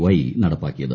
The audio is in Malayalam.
വൈ നടപ്പാക്കിയത്